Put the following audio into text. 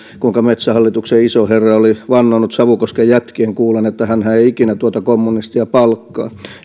kuinka metsähallituksen iso herra oli vannonut savukosken jätkien kuullen että hänhän ei ikinä tuota kommunistia palkkaa